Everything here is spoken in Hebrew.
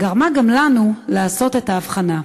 גרמה גם לנו לעשות את ההבחנה.